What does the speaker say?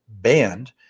banned